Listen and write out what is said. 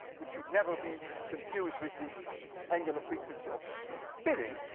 which should never be confused with the angular frequency of so spinning,